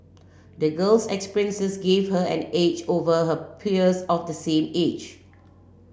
the girl's experiences gave her an edge over her peers of the same age